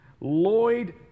Lloyd